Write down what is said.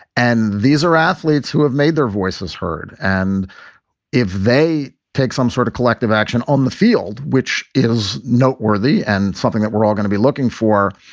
and these are athletes who have made their voices heard. and if they take some sort of collective action on the field, which is noteworthy and something that we're all going to be looking for,